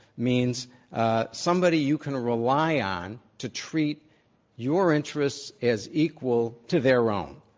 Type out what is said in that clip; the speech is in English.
means ah somebody you can rely on to treat your interests as equal to their own.